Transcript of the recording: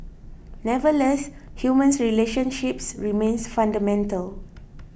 nevertheless human relationships remain fundamental